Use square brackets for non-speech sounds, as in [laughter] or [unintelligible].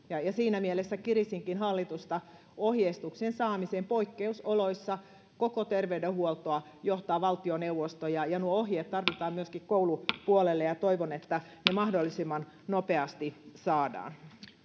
[unintelligible] ja ja siinä mielessä kirittäisinkin hallitusta ohjeistuksen saamiseen poikkeusoloissa koko terveydenhuoltoa johtaa valtioneuvosto ja ja nuo ohjeet tarvitaan myöskin koulupuolelle ja toivon että ne mahdollisimman nopeasti saadaan